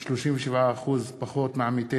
של חברי הכנסת